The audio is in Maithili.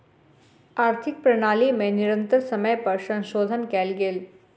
आर्थिक प्रणाली में निरंतर समय पर संशोधन कयल गेल